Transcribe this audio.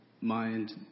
mind